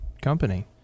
company